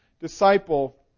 disciple